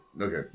Okay